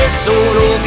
solo